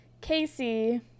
Casey